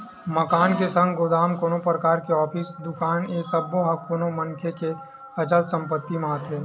मकान के संग गोदाम, कोनो परकार के ऑफिस, दुकान ए सब्बो ह कोनो मनखे के अचल संपत्ति म आथे